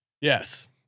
Yes